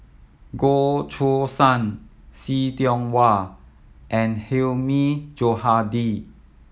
Goh Choo San See Tiong Wah and Hilmi Johandi